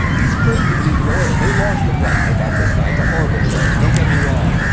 he's crazy, but he's loyal. they lost lebron they got this guy. it's a horrible trade, don't get me wrong.